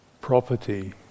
property